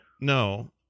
No